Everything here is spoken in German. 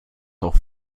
auch